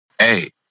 Hey